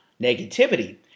negativity